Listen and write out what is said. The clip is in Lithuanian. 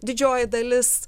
didžioji dalis